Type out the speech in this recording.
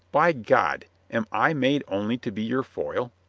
by god, am i made only to be your foil?